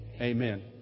amen